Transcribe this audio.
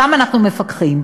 שם אנחנו מפקחים.